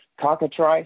cockatrice